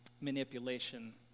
manipulation